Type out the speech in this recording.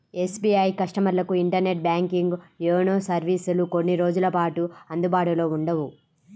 SBI కస్టమర్లకు internet banking, YONO సర్వీసులు కొన్ని రోజుల పాటు అందుబాటులో ఉండవు